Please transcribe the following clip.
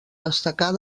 destacar